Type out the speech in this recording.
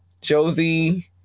Josie